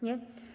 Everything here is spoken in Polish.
Nie?